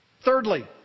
Thirdly